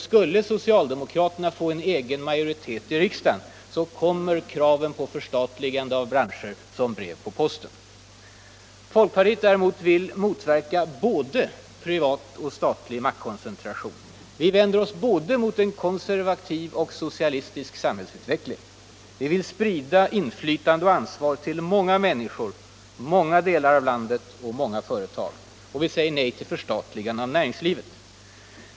Skulle socialdemokraterna få en egen majoritet i riksdagen kommer kraven på förstatligande av hela branscher som brev på posten. Folkpartiet däremot vill motverka både privat och statlig maktkon centration. Vi vänder oss både mot en konservativ och mot en socialistisk samhällsutveckling. Vi vill sprida inflytande och ansvar till många människor, till många delar av landet och till många företag. Vi säger nej till förstatligande av näringslivet.